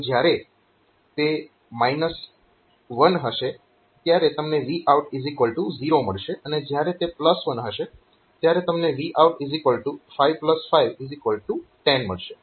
તો જ્યાંરે તે 1 હશે ત્યારે તમને Vout0 મળશે અને જ્યારે તે 1 હશે ત્યારે તમને Vout5510 મળશે